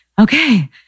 okay